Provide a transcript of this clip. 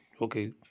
Okay